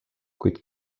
kuid